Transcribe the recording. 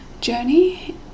journey